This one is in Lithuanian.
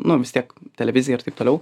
nu vis tiek televizija ir taip toliau